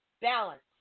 balance